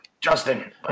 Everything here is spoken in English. Justin